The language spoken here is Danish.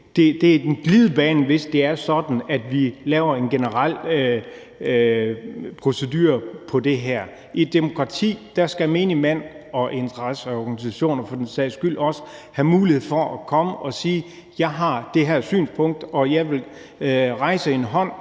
Det er en glidebane, hvis vi laver en general procedure med det her. I et demokrati skal menigmand – og interesseorganisationer også for den sags skyld – have mulighed for at komme og sige: Jeg har det her synspunkt, og jeg vil løfte en hånd